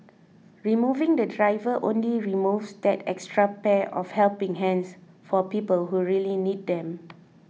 removing the driver only removes that extra pair of helping hands for people who really need them